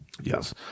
Yes